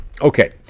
Okay